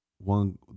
one